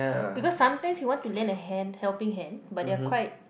because sometimes you want to lend a hand helping hand but they are quite